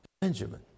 Benjamin